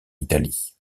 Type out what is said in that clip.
italie